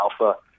alpha